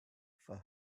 for